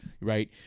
right